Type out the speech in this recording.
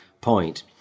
point